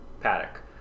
paddock